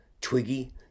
Twiggy